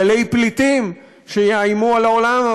גלי פליטים שיאיימו על העולם.